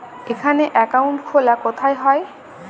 এখানে অ্যাকাউন্ট খোলা কোথায় হয়?